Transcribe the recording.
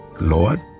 Lord